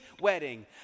wedding